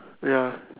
ya